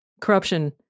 corruption